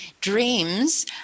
Dreams